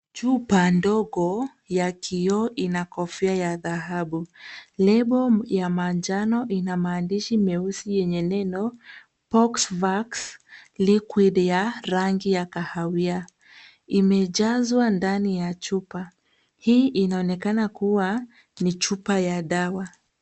Chupa ndogo ya kioo ina kofia ya dhahabu. Lebo ya manjano ina maandishi meusi yenye neno Poxvax Liquid ya rangi ya kahawia. Imejazwa ndani ya chupa. Hii inaonekana kuwa ni chupa ya dawa.